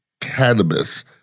cannabis